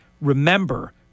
Remember